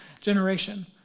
generation